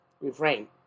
refrain